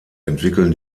entwickeln